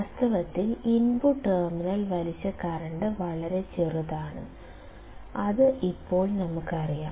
വാസ്തവത്തിൽ input terminal വലിച്ച current വളരെ ചെറുതാണ് അത് ഇപ്പോൾ നമുക്കറിയാം